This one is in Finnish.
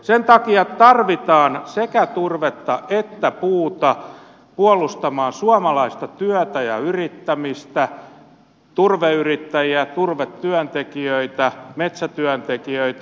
sen takia tarvitaan sekä turvetta että puuta puolustamaan suomalaista työtä ja yrittämistä turveyrittäjiä turvetyöntekijöitä metsätyöntekijöitä